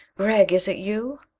gregg, is it you?